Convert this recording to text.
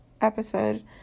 episode